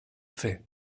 fer